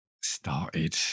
started